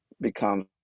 becomes